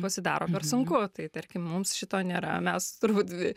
pasidaro per sunku tai tarkim mums šito nėra mes turbūt